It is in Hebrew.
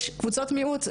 יש קבוצות מיעוט,